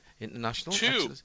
International